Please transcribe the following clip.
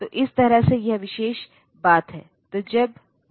तो और जैसा कि आप जानते हैं कि मानव वे सबसे अच्छे ऑप्टिमिज़ेर हैं